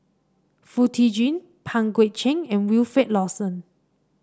Foo Tee Jun Pang Guek Cheng and Wilfed Lawson